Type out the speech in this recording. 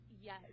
Yes